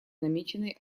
намеченной